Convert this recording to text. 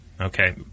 okay